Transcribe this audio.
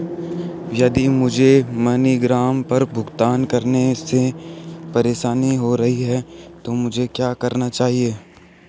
यदि मुझे मनीग्राम पर भुगतान करने में परेशानी हो रही है तो मुझे क्या करना चाहिए?